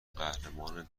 قهرمان